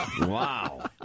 Wow